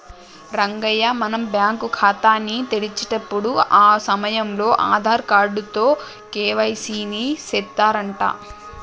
రంగయ్య మనం బ్యాంకు ఖాతాని తెరిచేటప్పుడు ఆ సమయంలో ఆధార్ కార్డు తో కే.వై.సి ని సెత్తారంట